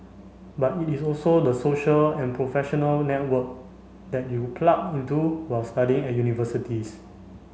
but it is also the social and professional network that you plug into while studying at universities